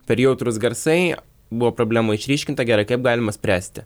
per jautrūs garsai buvo problema išryškinta gerai kaip galima spręsti